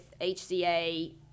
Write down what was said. HCA